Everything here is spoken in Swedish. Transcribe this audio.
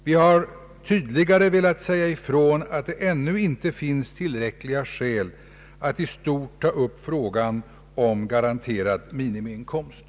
Vi har tydligare velat säga ifrån att det ännu inte finns tillräckliga skäl att i stort ta upp frågan om garanterad minimiinkomst.